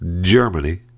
Germany